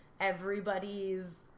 everybody's